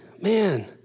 man